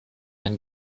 ein